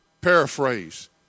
Paraphrase